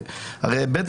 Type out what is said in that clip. ומה שהחוק עושה כאן,